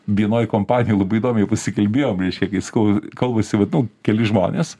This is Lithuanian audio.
vienoj kompanijoj labai įdomiai pasikalbėjom reiškia kai sakau kalbasi vat nu keli žmonės